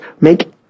make